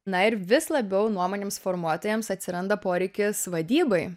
na ir vis labiau nuomonėms formuotojams atsiranda poreikis vadybai